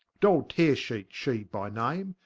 doll teare-sheete, she by name,